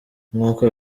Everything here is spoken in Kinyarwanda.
nkuko